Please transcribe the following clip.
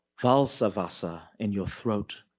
val-sa va-sah in your throat.